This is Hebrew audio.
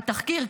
ה"תחקיר",